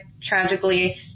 tragically